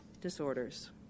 disorders